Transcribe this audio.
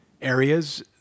areas